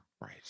Right